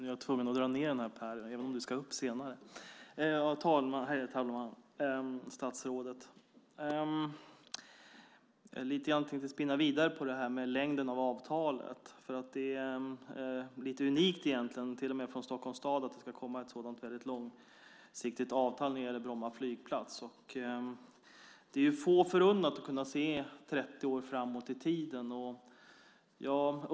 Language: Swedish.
Herr talman! Jag tänkte spinna vidare lite grann på det här med längden på avtalet, statsrådet. Det är lite unikt, till och med för Stockholms stad, att det kommer ett så långsiktigt avtal när det gäller Bromma flygplats. Det är få förunnat att kunna se 30 år framåt i tiden.